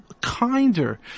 kinder